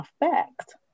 effect